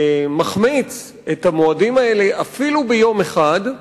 מחמיץ את המועדים האלה אפילו ביום אחד,